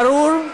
ברור?